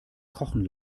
kochen